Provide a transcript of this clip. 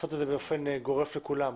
לעשות את זה באופן גורף על כולם.